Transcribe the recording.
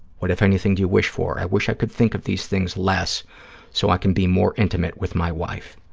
what, if anything, do you wish for? i wish i could think of these things less so i can be more intimate with my wife.